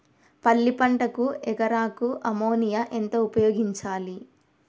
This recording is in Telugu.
పల్లి పంటకు ఎకరాకు అమోనియా ఎంత ఉపయోగించాలి?